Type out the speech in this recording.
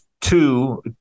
two